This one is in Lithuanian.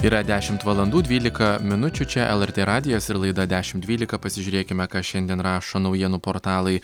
yra dešimt valandų dvylika minučių čia lrt radijas ir laida dešimt dvylika pasižiūrėkime ką šiandien rašo naujienų portalai